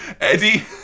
Eddie